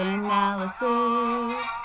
analysis